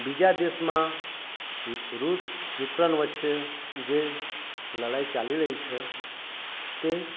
બીજા દેશમાં રુસ યુક્રેન વચ્ચે જે લડાઈ ચાલી રહી છે તે